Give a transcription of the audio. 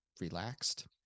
relaxed